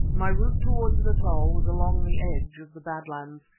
my route towards natal was along the edge of the bad lands,